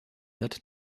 that